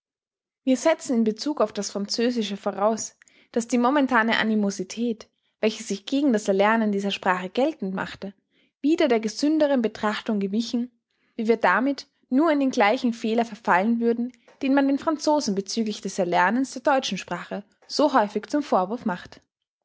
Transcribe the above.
wir setzen in bezug auf das französische voraus daß die momentane animosität welche sich gegen das erlernen dieser sprache geltend machte wieder der gesünderen betrachtung gewichen wie wir damit nur in den gleichen fehler verfallen würden den man den franzosen bezüglich des erlernens der deutschen sprache so häufig zum vorwurf macht